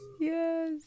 Yes